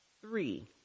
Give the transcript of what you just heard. Three